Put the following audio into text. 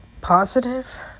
Positive